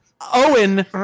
Owen